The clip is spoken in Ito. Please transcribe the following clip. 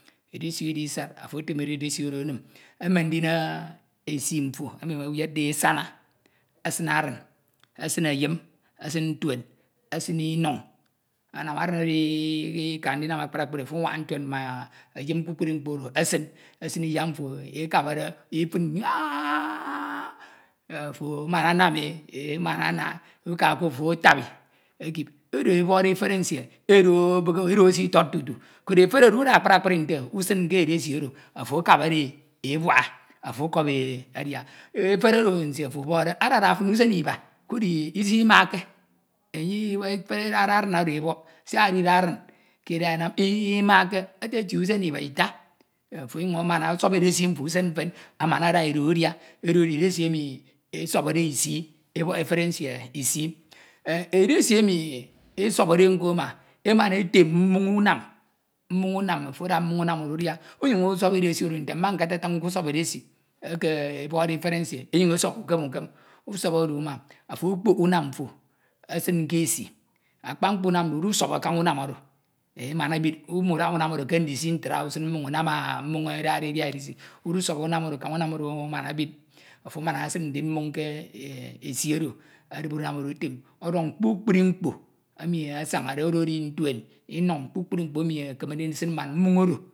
Edesi oro isad ofo etemede edesi oro enim, emen ndim esi mfo ofo ekeyedde asana esin adin, esin ntuen, esin inun, ika ndisana. ndinsm akpri akpri ofo anwanha ntuen ma eyim kpukpru mkpo oro esin esin iyak mfo akabade efid nyaua a. ofo amana anam e emana ana ika ko ofo atebi ekip edo ebokide efere nsie edo esitod koro efere oro uda. akpri akpri nte usin ke edesi oro ofo akabadee ebuaha ofo ọkọp e achia efere oro nsie ofo ọbọkde adada. fin usen iba koro isimakke. Efere edade ari ork ebok sia edide arin ke eda enam imakke etetie usen iba. ita ndin ofo onyuñ amana ọsọbọ edesi mfo usen mfan amana ada edo adia edo edi edesi emi esọbọde isii. ebok efere nsie isii. Edesi emi esobode npo ema emama etim mmoñ unam mmoñ unam ofo ada unam oro adia. usobo edesi oro nte nama nketatin ke usọbọ edesi emi ebọkde efere nsie enyuñ esobo ukem ukam. Usọbo edo uma ofo okpok anam mfo esin ke esi. Akpa mkpo unamde, udusọbọ kaña unam oro emana ebid, unwdaha oro ke ndisi ntre usin mmoñ uda unam mmoñ edade edia edesi. Udusọbọ unam oro kaña unam oro amana ebid ofo amana esin ndu mmoñ ke esi oro edibede unam unam oro etem ọdọñ kpukpru enu asañade oro edj ntien inuñ kpukpru enu ekemede ndsin mbak mmon oro.